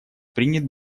принят